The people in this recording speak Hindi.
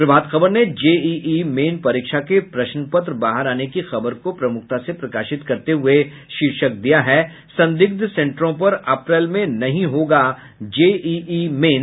प्रभात खबर ने जेइइ मेन परीक्षा के प्रश्न पत्र बाहर आने की खबर को प्रमुखता से प्रकाशित करते हुये लिखा है संदिग्ध सेंटरों पर अप्रैल में नहीं होगा जेइइ मेन